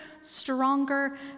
stronger